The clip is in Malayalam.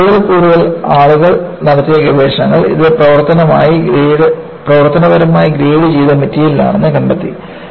പക്ഷേ കൂടുതൽ കൂടുതൽ ആളുകൾ നടത്തിയ ഗവേഷണങ്ങൾ ഇത് പ്രവർത്തനപരമായി ഗ്രേഡുചെയ്ത മെറ്റീരിയലാണെന്ന് കണ്ടെത്തി